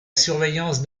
surveillance